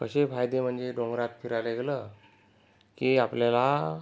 कसे फायदे म्हणजे डोंगरात फिराले गेलं की आपल्याला